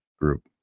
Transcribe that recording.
group